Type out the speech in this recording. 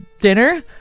dinner